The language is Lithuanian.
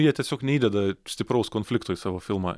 jie tiesiog neįdeda stipraus konflikto į savo filmą